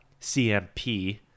CMP